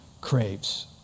craves